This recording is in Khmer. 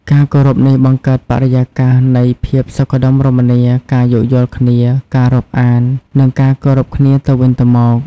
ការគោរពនេះបង្កើតបរិយាកាសនៃភាពសុខដុមរមនា ការយោគយល់គ្នា ការរាប់អាន និងការគោរពគ្នាទៅវិញទៅមក។